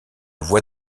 voie